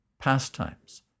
pastimes